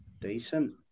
Decent